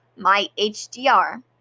myHDR